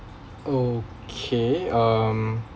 okay um